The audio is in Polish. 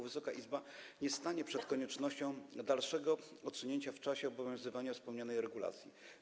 Wysoka Izba nie stanie przed koniecznością dalszego odsunięcia w czasie obowiązywania wspomnianej regulacji.